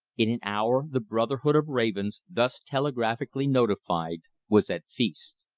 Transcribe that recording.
in an hour the brotherhood of ravens, thus telegraphically notified, was at feast.